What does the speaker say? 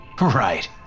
Right